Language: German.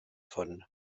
von